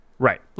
Right